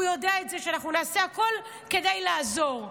והוא יודע שאנחנו נעשה הכול כדי לעזור,